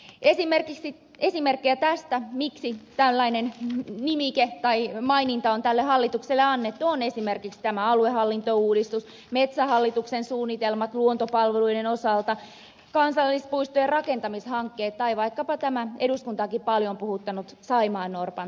esimerkkejä niistä syistä miksi tällainen nimike tai maininta on tälle hallitukselle annettu ovat aluehallintouudistus metsähallituksen suunnitelmat luontopalveluiden osalta kansallispuistojen rakentamishankkeet tai vaikkapa tämä eduskuntaakin paljon puhuttanut saimaannorpan tilanne